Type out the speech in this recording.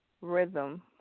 rhythm